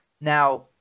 Now